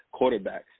quarterbacks